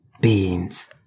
Beans